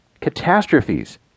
catastrophes